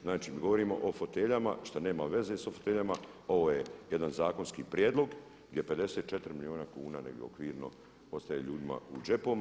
Znači, govorimo o foteljama što nema veze s foteljama, ovo je jedan zakonski prijedlog gdje 54 milijuna kuna negdje okvirno ostaje ljudima u džepovima.